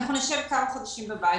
אנחנו נשב כמה חודשים בבית.